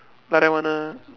like that one ah